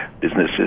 businesses